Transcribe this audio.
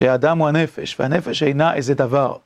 האדם הוא הנפש והנפש אינה איזה דבר